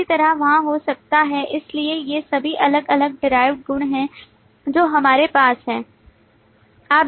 इसी तरह वहाँ हो सकता है इसलिए ये सभी अलग अलग derived गुण हैं जो हमारे पास हैं